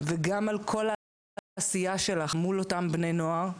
וגם על כל העשייה שלך גם מול אותם בני נוער,